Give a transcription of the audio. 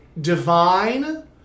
divine